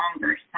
longer